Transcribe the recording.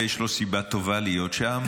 ויש לו סיבה טובה להיות שם.